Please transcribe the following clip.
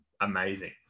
amazing